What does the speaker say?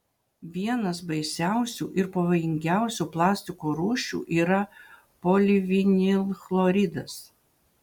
vienas baisiausių ir pavojingiausių plastiko rūšių yra polivinilchloridas